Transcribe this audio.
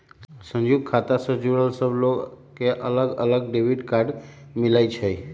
संयुक्त खाता से जुड़ल सब लोग के अलग अलग डेबिट कार्ड मिलई छई